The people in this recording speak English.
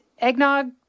eggnog